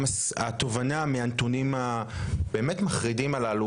התובנה מהנתונים הבאמת מחרידים הללו,